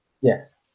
Yes